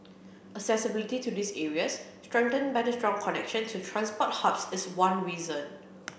accessibility to these areas strengthened by the strong connection to transport hubs is one reason